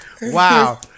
Wow